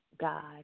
God